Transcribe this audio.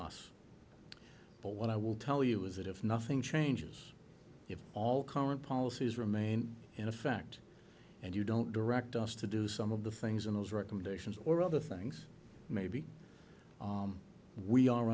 well what i will tell you is that if nothing changes if all current policies remain in effect and you don't direct us to do some of the things in those recommendations or other things maybe we are